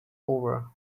over